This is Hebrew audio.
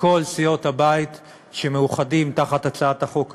מכל סיעות הבית שמאוחדים תחת הצעת החוק הזו,